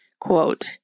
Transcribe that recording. Quote